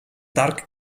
dark